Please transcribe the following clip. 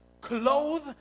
clothe